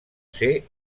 ser